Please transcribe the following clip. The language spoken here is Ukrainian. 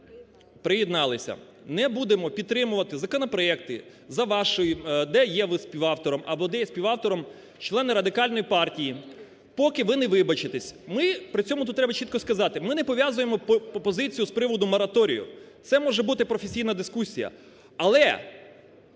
Приєдналися. Не будемо підтримувати законопроекти, де є ви співавтором або де є співавтором члени Радикальної партії, поки ви не вибачитесь. Ми… При цьому тут треба чітко сказати, ми не пов'язуємо пропозицію з приводу мораторію, це може бути професійна дискусія. Але